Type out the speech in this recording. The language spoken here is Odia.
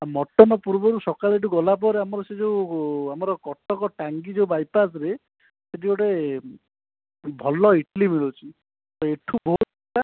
ମଟନ୍ ପୂର୍ବରୁ ସକାଳେ ଏଇଠୁ ଗଲା ପରେ ଆମର ସେ ଯେଉଁ ଆମର କଟକ ଟାଙ୍ଗି ଯେଉଁ ବାଇପାସ୍ରେ ସେଇଠି ଗୋଟେ ଭଲ ଇଟିଲି ମିଳୁଛି ଏଇଠୁ